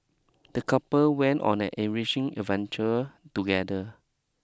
the couple went on an enriching adventure together